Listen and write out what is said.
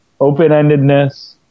open-endedness